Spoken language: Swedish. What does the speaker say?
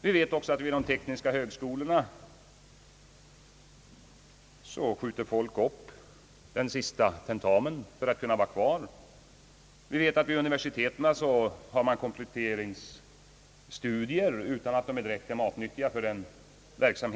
Vid de tekniska högskolorna uppskjuter eleverna sin sista tentamen för att kunna vara kvar vid högskolan. Vid universiteten har man kompletteringsstudier, som inte är direkt »matnyttiga» för eleverna.